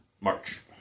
March